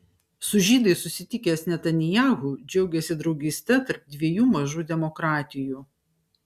su žydais susitikęs netanyahu džiaugėsi draugyste tarp dviejų mažų demokratijų